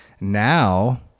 Now